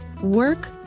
Work